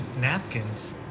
napkins